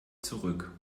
zurück